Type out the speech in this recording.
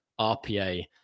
RPA